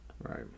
right